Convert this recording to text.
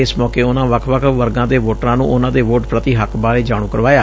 ਇਸ ਮੌਕੇ ਉਨੂਾਂ ਵੱਖ ਵਰਗਾਂ ਦੇ ਵੋਟਰਾਂ ਨੂੰ ਉਨੂਾਂ ਦੇ ਵੋਟ ਪ੍ਤੀ ਹੱਕ ਬਾਰੇ ਜਾਣੂ ਕਰਵਾਇਆ